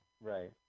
Right